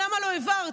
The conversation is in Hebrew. למה לא העברת?